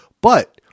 but-